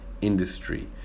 industry